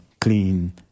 clean